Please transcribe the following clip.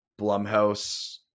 Blumhouse